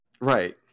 Right